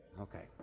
Okay